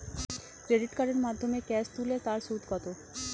Credit কার্ডের মাধ্যমে cash তুলে তার সুদ কত?